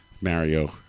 Mario